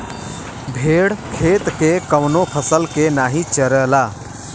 भेड़ खेत के कवनो फसल के नाही चरला